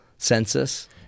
Census